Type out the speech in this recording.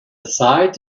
sides